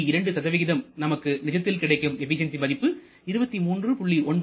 2 நமக்கு நிஜத்தில் கிடைக்கும் எபிசியன்சி மதிப்பு 23